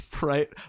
right